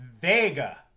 Vega